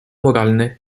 moralny